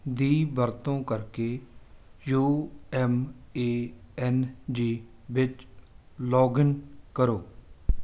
ਦੀ ਵਰਤੋਂ ਕਰ ਕੇ U M A N G ਵਿੱਚ ਲੌਗਇਨ ਕਰੋ